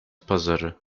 pazarı